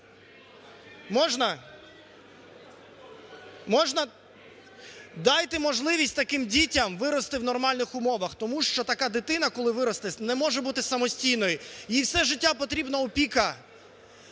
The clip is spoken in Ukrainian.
Можна? Дайте можливість таким дітям вирости в нормальних умовах. Тому що така дитина, коли виросте, не може бути самостійною, їй все життя потрібна опіка.